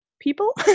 people